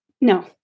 no